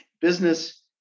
business